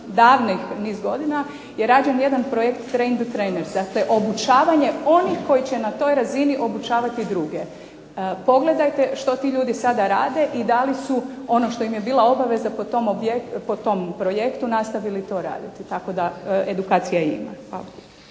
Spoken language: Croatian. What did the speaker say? davnih niz godina je rađen jedan projekt .../Govornica govori engleski, ne razumije se./... Dakle, obučavanje onih koji će na toj razini obučavati druge. Pogledajte što ti ljudi sada rade i da li su ono što im je bila obaveza po tom projektu nastavili to raditi, tako da edukacije ima.